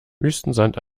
wüstensand